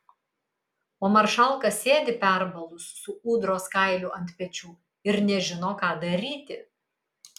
o maršalka sėdi perbalus su ūdros kailiu ant pečių ir nežino ką daryti